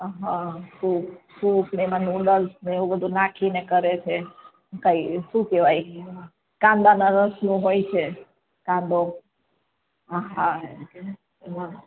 અહ soup soup ને એમાં noodles ને એવું બધું નાંખીને કરે છે કઈ શું કહેવાય કાંદાના રસનું હોય છે કાંદો હા